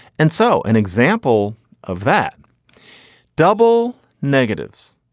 and so an example of that double negatives,